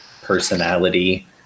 personality